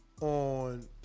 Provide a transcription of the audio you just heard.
on